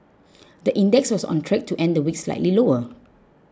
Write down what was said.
the index was on track to end the week slightly lower